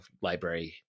library